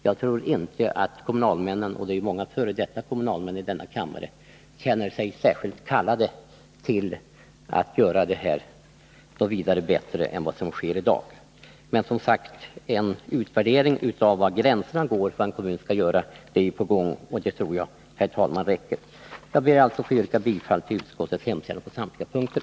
Jag tror inte att kommunalmännen — och det finns ju många f. d. kommunalmän i denna kammare — känner sig särskilt kompetenta att göra detta speciellt mycket bättre än det görs i dag. Men, som sagt, en utvärdering av var gränserna går för vad en kommun får göra är på gång, och jag tror, herr talman, att det räcker. Jag ber alltså att få yrka bifall till utskottets hemställan på samtliga punkter.